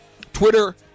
Twitter